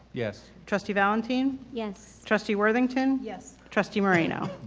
yes. trustee valentin? yes. trustee worthington? yes. trustee moreno?